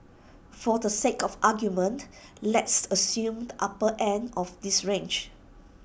for the sake of argument let's assume the upper end of this range